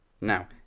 now